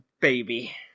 baby